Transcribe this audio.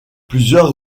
plusieurs